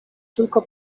tylko